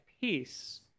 peace